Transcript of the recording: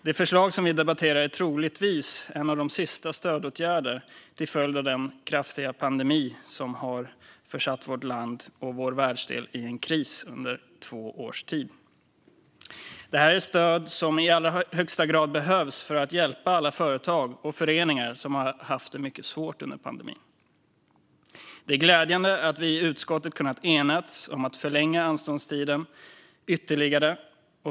Det förslag som vi debatterar är troligtvis en av de sista stödåtgärderna till följd av den kraftiga pandemi som har försatt vårt land och vår världsdel i en kris under två års tid. Det här är stöd som i allra högsta grad behövs för att hjälpa alla företag och föreningar som haft det mycket svårt under pandemin. Det är glädjande att vi i utskottet kunnat enats om att förlänga anståndstiden ytterligare.